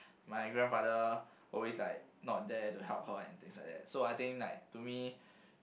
my grandfather always like not there to help her and things like that so I think like to me